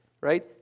right